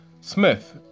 Smith